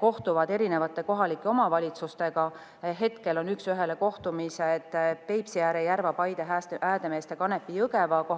kohtuvad erinevate kohalike omavalitsustega. Praegu on üks ühele kohtumised Peipsiääre, Järva, Paide, Häädemeeste, Kanepi ja Jõgeva kohalike